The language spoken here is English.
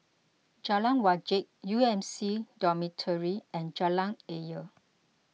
Jalan Wajek U M C Dormitory and Jalan Ayer